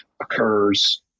occurs